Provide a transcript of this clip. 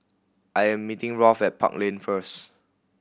I am meeting Rolf at Park Lane first